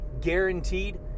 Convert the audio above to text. guaranteed